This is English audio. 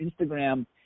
Instagram